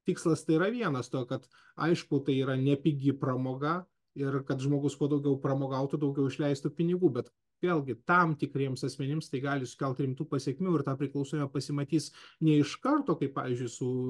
tikslas tai yra vienas to kad aišku tai yra nepigi pramoga ir kad žmogus kuo daugiau pramogautų daugiau išleistų pinigų bet vėlgi tam tikriems asmenims tai gali sukelt rimtų pasekmių ir tą priklausomybė pasimatys ne iš karto kaip pavyzdžiui su